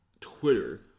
Twitter